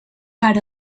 per